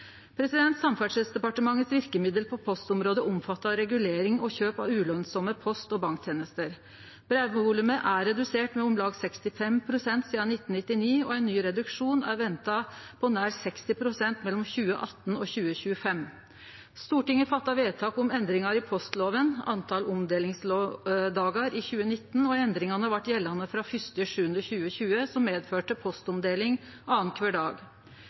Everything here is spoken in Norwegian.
Samferdselsdepartementets verkemiddel på postområdet omfattar regulering og kjøp av ulønsame post- og banktenester. Brevvolumet er redusert med om lag 65 pst. sidan 1999, og ein ny reduksjon på nær 60 pst. er venta mellom 2018 og 2025. Stortinget fatta i 2019 vedtak om endringar i postloven – talet på omdelingsdagar – og endringane blei gjeldande frå 1. juli 2020, som medførte postomdeling annankvar dag.